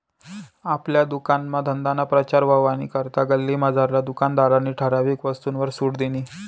आपला दुकानना धंदाना प्रचार व्हवानी करता गल्लीमझारला दुकानदारनी ठराविक वस्तूसवर सुट दिनी